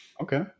Okay